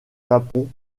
japon